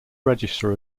register